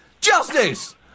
Justice